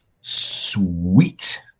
sweet